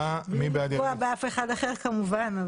בלי לפגוע באף אחד אחר כמובן.